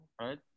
right